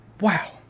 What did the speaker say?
Wow